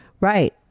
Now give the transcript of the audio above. Right